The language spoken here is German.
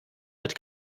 mit